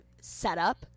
setup